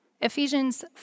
Ephesians